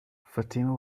fatima